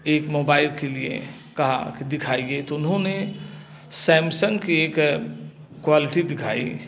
एक मोबाइल के लिए कहा कि दिखाइए तो उन्होंने सैमसंग की एक क्वालिटी दिखाई